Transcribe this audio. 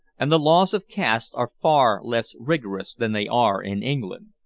and the laws of caste are far less rigorous than they are in england.